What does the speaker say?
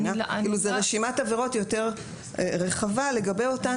זאת רשימת עבירות רחבה יותר לגבי אותן